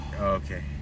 Okay